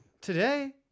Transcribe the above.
Today